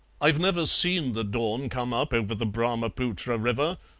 i've never seen the dawn come up over the brahma-putra river,